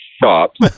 shops